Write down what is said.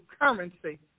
currency